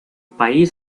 país